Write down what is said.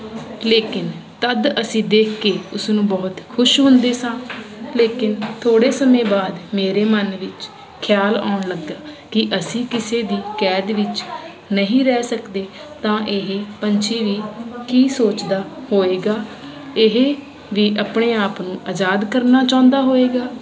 ਲੇਕਿਨ ਤਦ ਅਸੀਂ ਦੇਖ ਕੇ ਉਸਨੂੰ ਬਹੁਤ ਖੁਸ਼ ਹੁੰਦੇ ਸਾਂ ਲੇਕਿਨ ਥੋੜੇ ਸਮੇਂ ਬਾਦ ਮੇਰੇ ਮਨ ਵਿੱਚ ਖਿਆਲ ਆਉਣ ਲੱਗਾ ਕੀ ਅਸੀਂ ਕਿਸੇ ਦੀ ਕੈਦ ਵਿੱਚ ਨਹੀਂ ਰਹਿ ਸਕਦੇ ਤਾਂ ਇਹ ਪੰਛੀ ਵੀ ਕੀ ਸੋਚਦਾ ਹੋਏਗਾ ਇਹ ਵੀ ਆਪਣੇ ਆਪਨੂੰ ਅਜਾਦ ਕਰਨਾ ਚਾਉਂਦਾ ਹੋਏਗਾ